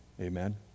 Amen